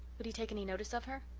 would he take any notice of her?